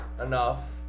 enough